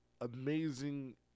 amazing